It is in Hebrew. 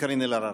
קארין אלהרר.